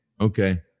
okay